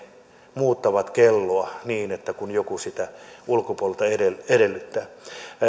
muuttavat kelloa kun joku sitä ulkopuolelta edellyttää edellyttää